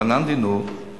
רענן דינור,